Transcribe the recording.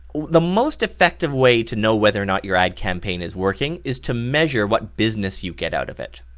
the most effective way to know whether or not your ad campaign is working is to measure what business you get out of it.